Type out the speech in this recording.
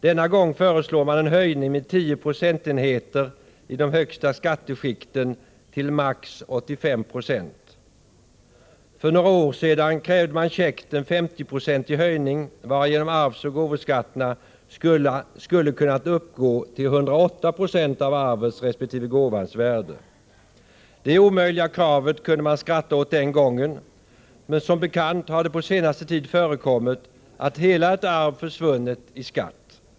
Denna gång föreslår man en höjning med 10 procentenheter i de högsta skatteskikten till maximalt 85 96. För några år sedan krävde man käckt en 50-procentig höjning, varigenom arvsoch gåvoskatterna skulle kunna uppgå till 108 96 av arvets resp. gåvans värde. Detta omöjliga krav kunde man skratta åt den gången, men som bekant har det på senare tid förekommit att ett helt arv har försvunnit i skatt.